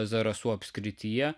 zarasų apskrityje